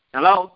Hello